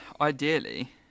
ideally